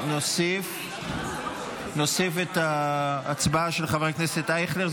נוסיף את ההצבעה של חבר הכנסת אייכלר,